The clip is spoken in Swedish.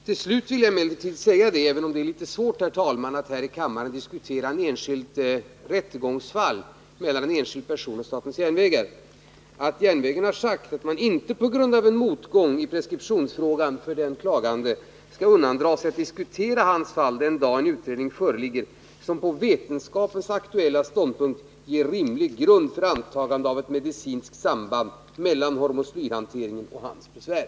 Till slut vill jag emellertid säga, även om det är litet svårt att i kammaren Om utredning av diskutera en särskild rättegång mellan en enskild person och statens järnvägar, att statens järnvägar har framhållit att man på grund av en eventuell motgång i preskriptionsfrågan för den klagande inte skall undandra hormoslyrbesprut ning vid SJ under vetenskapens aktuella ståndpunkt, ger rimlig grund för antagandet av ett 1950-talet sig att diskutera hans fall den dag det föreligger en utredning som, på medicinskt samband mellan hormoslyrhanteringen och hans besvär.